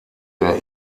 der